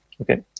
okay